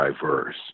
diverse